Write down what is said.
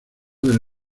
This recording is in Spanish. del